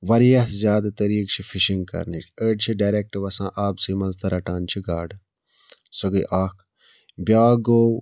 واریاہ زیادٕ طٔریٖقہٕ چھِ فِشِنٛگ کَرنٕچۍ أڑۍ چھِ ڈاریٚکٹہٕ وَسان آبسٕے مَنٛز تہٕ رَٹان چھِ گاڑٕ سۄ گٔے اَکھ بیٛاکھ گوٚو